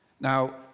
Now